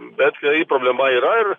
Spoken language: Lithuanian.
bet problema yra ir